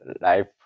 life